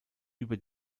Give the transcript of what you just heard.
über